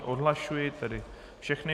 Odhlašuji tedy všechny.